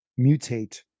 mutate